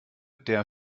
der